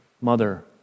Mother